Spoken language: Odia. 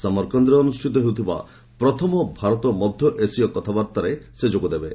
ସମରକନ୍ଦରେ ଅନୁଷ୍ଠିତ ହେଉଥିବା ପ୍ରଥମ ଭାରତ ମଧ୍ୟଏସିଆ କଥାବାର୍ତ୍ତାରେ ସେ ଯୋଗଦେବେ